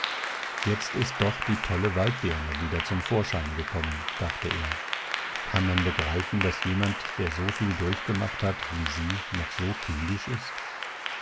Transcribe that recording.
jetzt ist doch die tolle walddirne wieder zum vorschein gekommen dachte er kann man begreifen daß jemand der so viel durchgemacht hat wie sie noch so kindisch ist